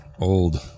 old